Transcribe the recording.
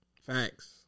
facts